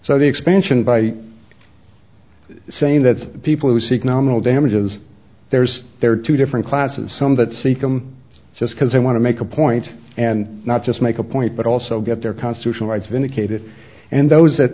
so the expansion by saying that people who seek nominal damages there's there are two different classes some that seek them just because they want to make a point and not just make a point but also get their constitutional rights vindicated and those that